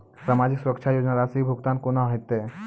समाजिक सुरक्षा योजना राशिक भुगतान कूना हेतै?